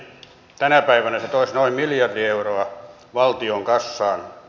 tänä päivänä se toisi noin miljardi euroa valtion kassaan